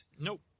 Nope